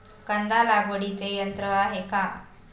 कांदा लागवडीचे यंत्र आहे का?